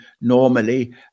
normally